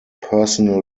personal